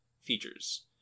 features